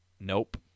Nope